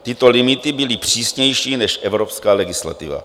Tyto limity byly přísnější než evropská legislativa.